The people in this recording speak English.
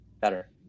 better